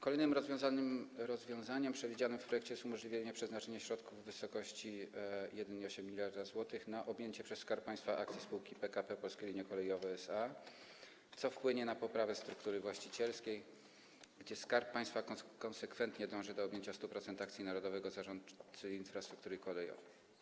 Kolejnym rozwiązaniem przewidzianym w projekcie jest umożliwienie przeznaczenia środków w wysokości 1,8 mld zł na objęcie przez Skarb Państwa akcji spółki PKP Polskie Linie Kolejowe SA, co wpłynie na poprawę struktury właścicielskiej, gdzie Skarb Państwa konsekwentne dąży do objęcia 100% akcji narodowego zarządcy infrastruktury kolejowej.